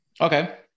Okay